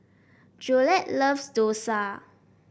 Jolette loves dosa